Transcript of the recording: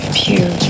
pure